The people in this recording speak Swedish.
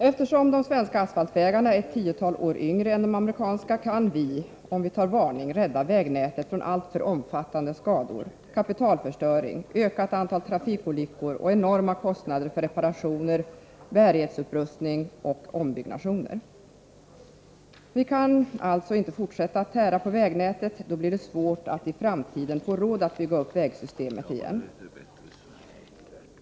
Eftersom de svenska asfaltvägarna är ett tiotal år yngre än de amerikanska kan vi, om vi tar varning, rädda vägnätet från alltför omfattande skador, kapitalförstöring, ökat antal trafikolyckor och enorma kostnader för reparationer, bärighetsupprustning och ombyggnationer. Vi kan alltså inte fortsätta att tära på vägnätet. Då blir det svårt att i framtiden få råd att bygga upp vägsystemet igen.